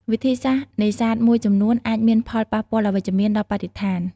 វិធីសាស្ត្រនេសាទមួយចំនួនអាចមានផលប៉ះពាល់អវិជ្ជមានដល់បរិស្ថាន។